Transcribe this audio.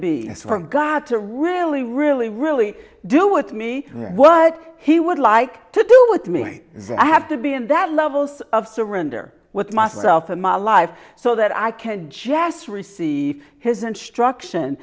be from god to really really really do with me what he would like to do with me i have to be in that levels of surrender with myself in my life so that i can jass receive his instruction